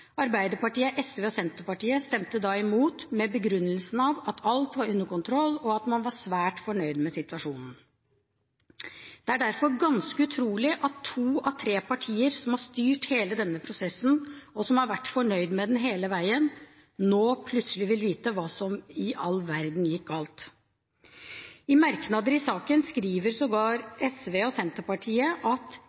Arbeiderpartiet, SV og Senterpartiet stemte da imot, med den begrunnelse at alt var under kontroll, og at man var svært fornøyd med situasjonen. Det er derfor ganske utrolig at to av tre partier som har styrt hele denne prosessen, og som har vært fornøyd med den hele veien, nå plutselig vil vite hva som i all verden gikk galt. I merknader i saken skriver sågar SV og Senterpartiet: